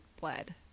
bled